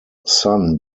son